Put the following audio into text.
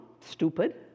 stupid